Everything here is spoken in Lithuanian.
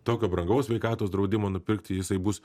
tokio brangaus sveikatos draudimo nupirkti jisai bus